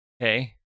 Okay